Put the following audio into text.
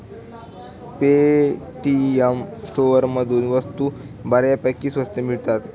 Paytm स्टोअरमधून वस्तू बऱ्यापैकी स्वस्त मिळतात